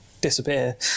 disappear